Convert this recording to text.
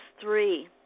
three